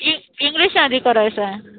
इ इंग्लिशमध्ये करायची आहे